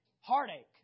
heartache